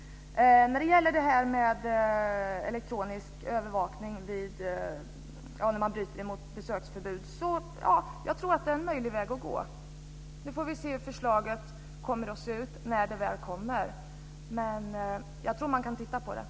Jag tror att detta med elektronisk övervakning när man bryter mot besöksförbud är en möjlig väg att gå. Vi får se hur förslaget kommer att se ut när det väl kommer. Jag tror att man kan titta på detta.